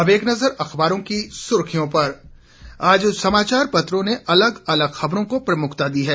अब एक नजर अखबारों की सुर्खियों पर आज समाचार पत्रों ने अलग अलग खबरों को प्रमुखता दी है